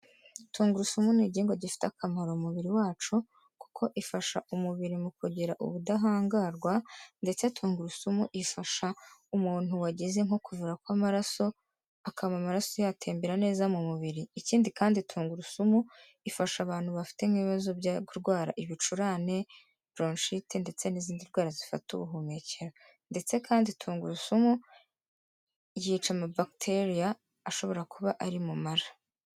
Tungurusumu ni igihigwa gifite akamaro mu mubiri wacu kuko ifasha umubiri mu kugira ubudahangarwa ndetse tungurusumu ifasha umuntu wagize nko kuvura kw'amaraso akaba amaraso yatembera neza mu mubiri, ikindi kandi tungurusumu ifasha abantu bafite nk'ibibazo byo kurwara ibicurane, buroshite ndetse n'izindi ndwara zifata ubuhumekero, ndetse kandi tungurusumu yica amabagiteriya ashobora kuba ari mu mara.